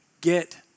get